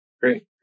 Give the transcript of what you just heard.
Great